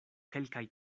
kelkaj